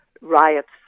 riots